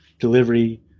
delivery